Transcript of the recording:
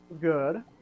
good